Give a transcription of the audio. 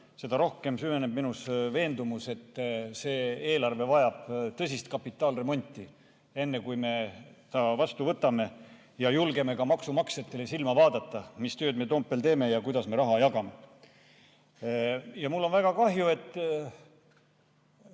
seda rohkem süveneb minus veendumus, et see eelarve vajab tõsist kapitaalremonti, enne kui me ta vastu võtame ja julgeme ka maksumaksjatele silma vaadates [öelda], mis tööd me Toompeal teeme ja kuidas me raha jagame. Mul on väga kahju, et